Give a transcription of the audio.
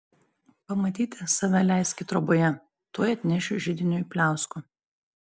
pamatyti save leiski troboje tuoj atnešiu židiniui pliauskų